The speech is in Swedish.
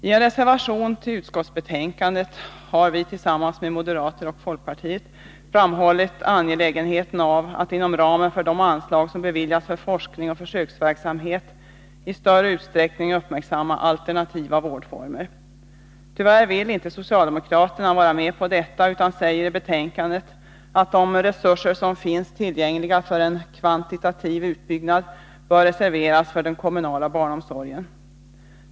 I en reservation till utskottsbetänkandet har vi tillsammans med moderater och folkpartister framhållit angelägenheten av att inom ramen för de anslag som beviljas för forskning och försöksverksamhet i större utsträckning uppmärksamma alternativa vårdformer. Tyvärr vill inte socialdemokraterna vara med på detta utan säger i betänkandet att de resurser som finns tillgängliga för en kvantitativ utbyggnad bör reserveras för den kommunala barnomsorgen.